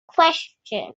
question